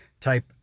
type